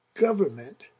government